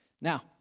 Now